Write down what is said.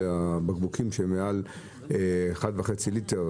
פיקדון על בקבוקים שהם מעל ל-1.5 ליטר.